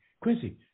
Quincy